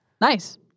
Nice